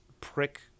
prick